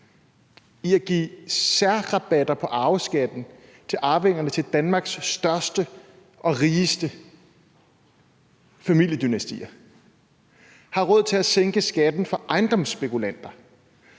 til at give særrabatter på arveskatten til arvingerne fra Danmarks største og rigeste familiedynastier, har råd til at sænke skatten for ejendomsspekulanter